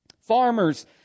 Farmers